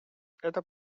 это